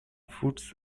foods